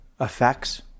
effects